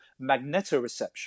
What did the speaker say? magnetoreception